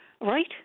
right